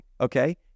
okay